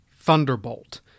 Thunderbolt